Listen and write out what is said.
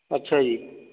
ਅੱਛਾ ਜੀ